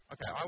Okay